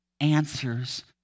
answers